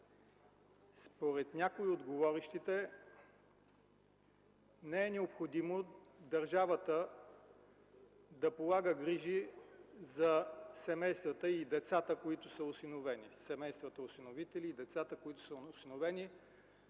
Според някои от говорещите не е необходимо държавата да полага грижи за семействата-осиновители и децата, които са осиновени,